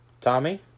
Tommy